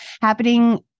happening